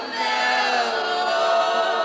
mellow